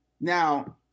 Now